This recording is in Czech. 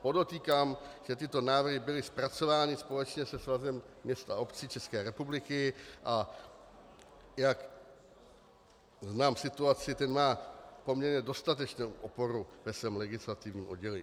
Podotýkám, že tyto návrhy byly zpracovány společně se Svazem měst a obcí České republiky, a jak znám situaci, ten má poměrně dostatečnou oporu ve svém legislativním oddělení.